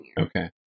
Okay